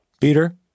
peter